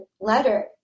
letter